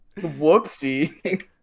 Whoopsie